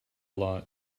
lot